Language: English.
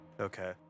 Okay